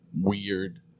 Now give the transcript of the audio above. weird